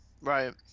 Right